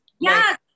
Yes